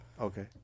Okay